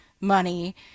money